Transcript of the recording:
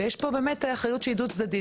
ויש פה באמת אחריות שהיא דו צדדית,